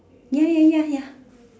ya ya ya ya